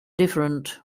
different